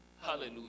Hallelujah